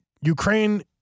Ukraine